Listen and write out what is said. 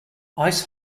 ice